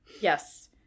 Yes